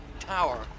Tower